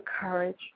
courage